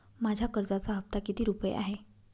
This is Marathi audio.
माझ्या कर्जाचा हफ्ता किती रुपये आहे?